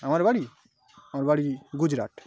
আমার বাড়ি আমার বাড়ি গুজরাট